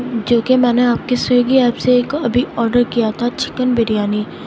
جو کہ میں نے آپ کے سویگی ایپ سے ایک ابھی آرڈر کیا تھا چکن بریانی